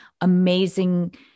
amazing